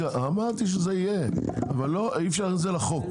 אמרתי שזה יהיה, אבל אי אפשר להכניס את זה לחוק.